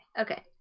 Okay